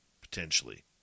potentially